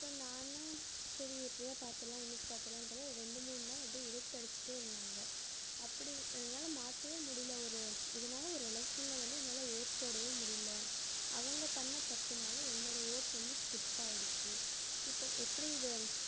அப்போ நானும் சரி எப்படியாவது பார்த்துர்லாம் இன்றைக்கிப் பார்த்துர்லாம் பார்த்தா ரெண்டு மூணு நாள் அப்படியே இழுத்தடிச்சிட்டே இருந்தாங்க அப்படி என்னால் மாற்றவே முடியலை ஒரு இதனால ஒரு எலெக்ஷனில் வந்து என்னால் ஓட்டுப் போடவே முடியலை அவங்க பண்ண தப்புனால் என்னோட ஓட் வந்து ஸ்கிப் ஆகிடுச்சு இப்போ எப்படி இதை